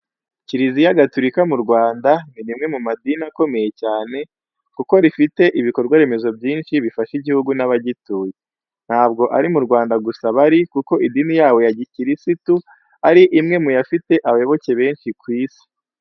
Kiriziya gaturika mu Rwanda ni rimwe mu madini akomeye cyane kuko rifite ibikorwa remezo byinshi bifasha igihugu n'abagituye. Ntabwo ari mu Rwanda gusa bari kuko idini yabo ya gikirisitu ari imwe mu yafite abayoboke benshi ku isi.